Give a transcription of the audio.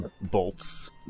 bolts